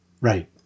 Right